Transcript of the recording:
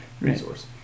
resource